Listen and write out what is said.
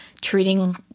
treating –